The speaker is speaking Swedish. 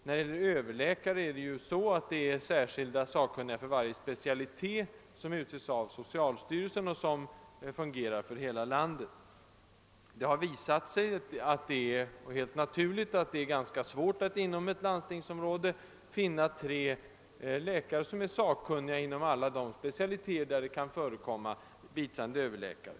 För tillsättning av överläkartjänster finns däremot av socialstyrelsen utsedda sakkunniga för varje specialitet, vilka fungerar för hela landet. Det har helt naturligt ofta visat sig svårt att inom ett landstingsområde finna tre läkare som är sakkunniga inom alla de specialiteter där det kan förekomma biträdande överläkare.